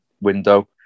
window